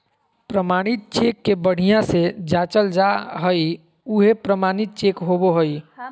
प्रमाणित चेक के बढ़िया से जाँचल जा हइ उहे प्रमाणित चेक होबो हइ